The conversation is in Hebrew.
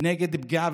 נגד פגיעה,